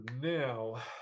now